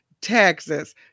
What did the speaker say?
Texas